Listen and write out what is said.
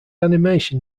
animation